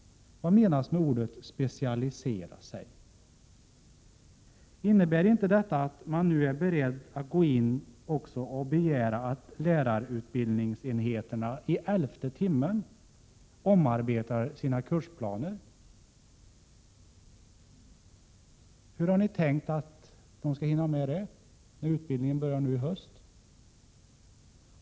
Vad menas med ” specialisera sig”? Innebär inte detta att man nu är beredd att begära att lärarutbildningsenheterna i elfte timmen omarbetar sina kursplaner? Hur har ni tänkt att de skall hinna med det, när utbildningen börjar nu i höst?